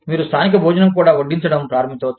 మీరు స్థానిక భోజనం కూడా వడ్డించడం ప్రారంభించవచ్చు